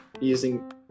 using